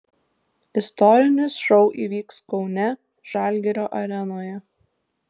istorinis šou įvyks kaune žalgirio arenoje